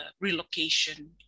relocation